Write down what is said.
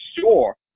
sure